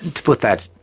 to put that,